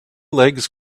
legs